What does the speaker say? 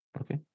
Okay